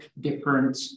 different